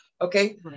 okay